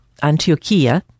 Antioquia